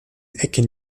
ecken